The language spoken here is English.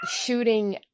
shooting